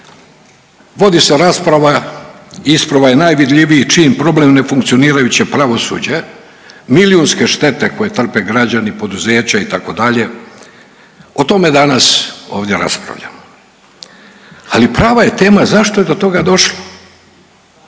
Vodi se rasprava isprva je najvidljiviji čini problem ne funkcionirajućeg pravosuđa, milijunske štete koje trpe građani, poduzeća itd., o tome danas ovdje raspravljamo, ali prava je tema zašto je do toga došlo.